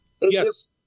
Yes